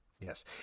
Yes